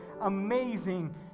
amazing